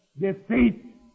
defeat